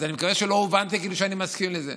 אז אני מקווה שלא הובנתי כאילו שאני מסכים לזה.